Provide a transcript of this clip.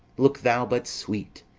look thou but sweet,